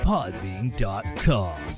Podbean.com